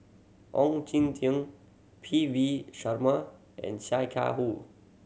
Ong Jin Teong P V Sharma and Sia Kah Hui